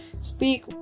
speak